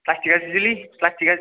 plastic आ जियोलै plastic आ